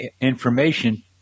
information